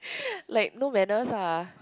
like no manners ah